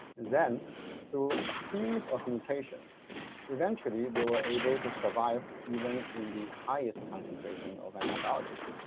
then through a series of mutations eventually they were able to survive even in the highest concentration of antibiotics.